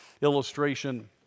illustration